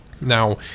Now